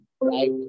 right